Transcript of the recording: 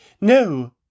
No